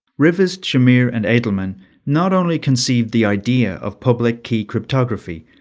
rivest, shamir and adleman not only conceived the idea of public key cryptography,